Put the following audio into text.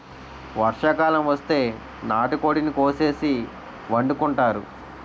వర్షాకాలం వస్తే నాటుకోడిని కోసేసి వండుకుంతారు